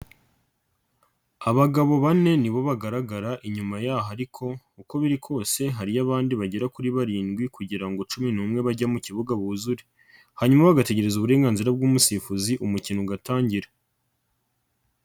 Abagabo bane ni bo bagaragara inyuma y'aho ariko uko biri kose hariyo abandi bagera kuri barindwi kugira ngo cumi n'umwe bajya mu kibuga buzure, hanyuma bagategereza uburenganzira bw'umusifuzi umukino ugatangira.